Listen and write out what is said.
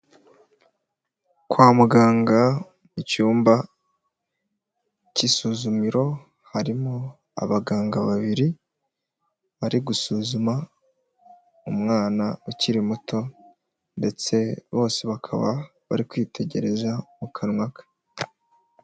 Kwa muganga mu cyumba cy'isuzumiro harimo abaganga babiri bari gusuzuma umwana ukiri muto ndetse bose bakaba bari kwitegereza mu kanwa ke.